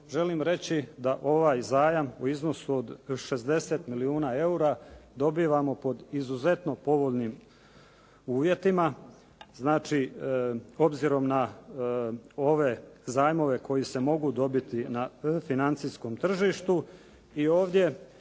Želim reći da ovaj zajam u iznosu od 60 milijuna eura dobivamo pod izuzetno povoljnim uvjetima. Znači obzirom na ove zajmove koji se mogu dobiti na financijskom tržištu. I ovdje